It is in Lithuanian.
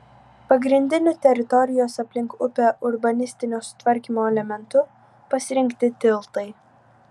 pagrindiniu teritorijos aplink upę urbanistinio sutvarkymo elementu pasirinkti tiltai